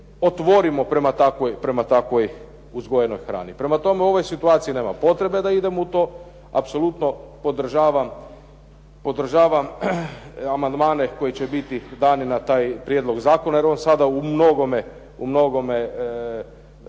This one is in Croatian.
otvorimo prema takvoj uzgojenoj hrani. Prema tome, u ovoj situaciji nema potrebe da idemo u to. Apsolutno podržavam amandmane koji će biti dani na taj prijedlog zakona, jer on sada umnogome mijenja